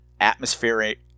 atmospheric